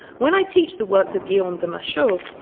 when i teach the works of guillaume de machaut,